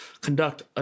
conduct